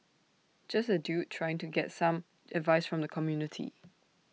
just A dude trying to get some advice from the community